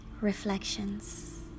reflections